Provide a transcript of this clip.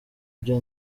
byo